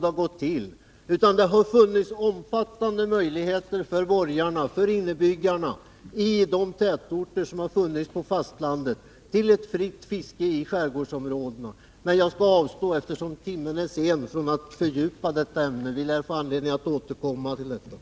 Det har inte gått till så som han beskriver, utan det har funnits omfattande möjligheter för borgarna i tätorterna på fastlandet att bedriva ett fritt fiske i skärgårdsområdena. Men eftersom timmen är sen skall jag avstå från att fördjupa mig i detta ämne. Vi lär få anledning att återkomma till frågan.